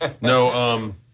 No